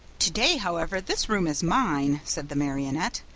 today, however, this room is mine, said the marionette,